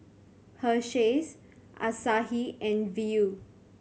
Hersheys Asahi and Viu